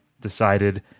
decided